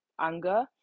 anger